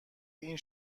این